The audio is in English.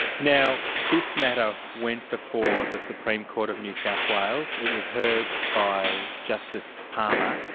now this matter went before the supreme court of new south wales. it was heard by justice palmer.